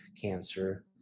cancer